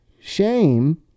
shame